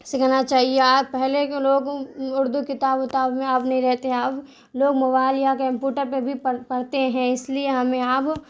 سکھانا چاہیے پہلے کے لوگ اردو کتاب وتاب میں اب نہیں رہتے ہیں اب لوگ موبائل یا کمپیوٹر پہ بھی پڑھتے ہیں اس لیے ہمیں اب